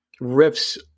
riffs